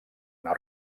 una